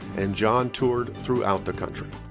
and john toured throughout the country.